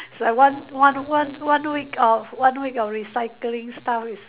is like one one one one week of one week of recycling stuff is